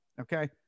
Okay